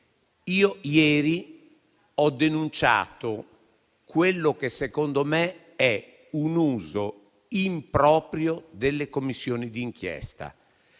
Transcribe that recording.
Io ieri ho denunciato quello che, secondo me, è un uso improprio delle Commissioni di inchiesta.